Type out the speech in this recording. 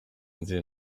nzi